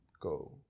go